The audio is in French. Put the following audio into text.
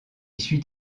suit